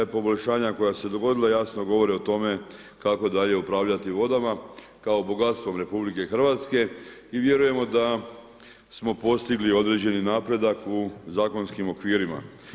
Poboljšanja koja su se dogodila jasno govore o tome kako dalje upravljati vodama kao bogatstvom RH i vjerujemo da smo postigli određeni napredak u zakonskim okvirima.